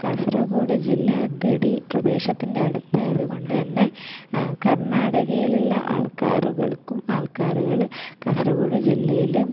കാസർഗോഡ് ജില്ല ഗഡി പ്രദേശത്തിൻ്റെ അടുത്തായതു കൊണ്ട് തന്നെ കർണാടകയിലുള്ള ആൾക്കാറുകൾക്കും ആൾക്കാറുകള് കാസർഗോഡ് ജില്ലയിലും